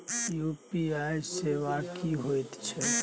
UPI सेवा की होयत छै?